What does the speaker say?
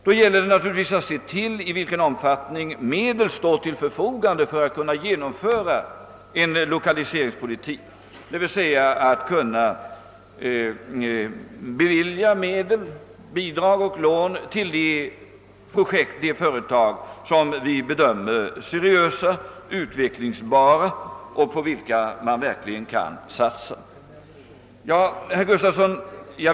Då gäller det naturligtvis att se till i vilken utsträckning medel står till förfogande för att kunna genomföra lokaliseringspolitiken, dvs. att bevilja bidrag och lån till sådana projekt och företag som vi bedömer som seriösa och utvecklingsbara och som vi verkligen kan satsa på.